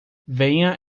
venha